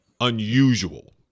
unusual